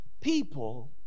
people